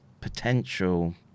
potential